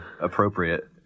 Appropriate